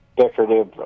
decorative